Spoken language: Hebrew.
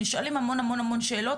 נשאלות המון המון שאלות.